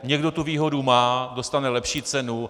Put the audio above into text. Někdo tu výhodu má, dostane lepší cenu.